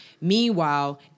Meanwhile